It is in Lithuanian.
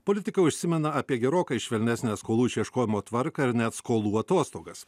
politikai užsimena apie gerokai švelnesnę skolų išieškojimo tvarką ir net skolų atostogas